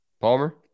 Palmer